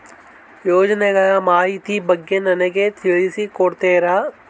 ಯೋಜನೆಗಳ ಮಾಹಿತಿ ಬಗ್ಗೆ ನನಗೆ ತಿಳಿಸಿ ಕೊಡ್ತೇರಾ?